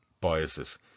biases